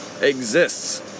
exists